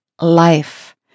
life